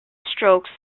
stroke